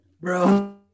bro